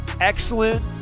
excellent